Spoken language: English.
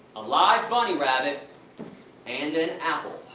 a live bunny rabbit and an apple.